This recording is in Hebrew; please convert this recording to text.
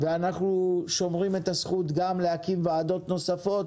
אנחנו שומרים את הזכות גם להקים ועדות נוספות